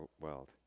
world